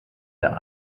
der